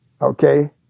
okay